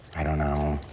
i don't know.